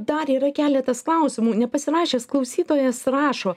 dar yra keletas klausimų nepasirašęs klausytojas rašo